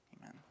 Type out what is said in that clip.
amen